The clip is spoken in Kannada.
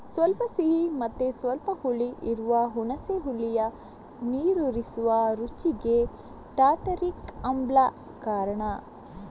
ಸ್ವಲ್ಪ ಸಿಹಿ ಮತ್ತೆ ಸ್ವಲ್ಪ ಹುಳಿ ಇರುವ ಹುಣಸೆ ಹುಳಿಯ ನೀರೂರಿಸುವ ರುಚಿಗೆ ಟಾರ್ಟಾರಿಕ್ ಆಮ್ಲ ಕಾರಣ